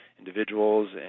individuals